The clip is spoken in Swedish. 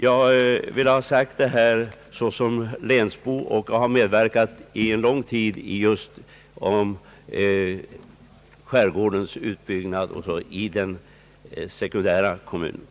Jag vill, herr talman, ha sagt detta såsom en länsbo, vilken under lång tid genom den sekundära kommunen medverkat till skärgårdens utbyggnad. tionen framförda synpunkter borde beaktas.